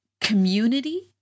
community